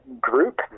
group